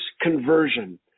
conversion